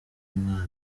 mwami